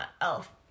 Elf